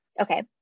Okay